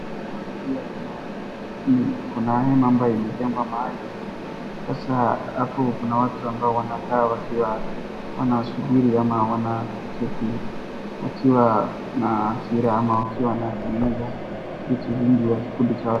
Hapo pia kuna hema ambayo imejengwa mahali. Sasa hapo kuna watu ambao wanakaa wakiwa wanasubiri ama wanaketi wakiwa na hasira ama wakiwa wanatengeneza vitu mingi ya kikundi cha.